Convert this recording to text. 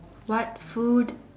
what food